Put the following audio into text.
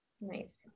Nice